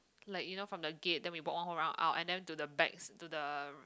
like you know from the gate then we walk one whole round out and then to the bags to the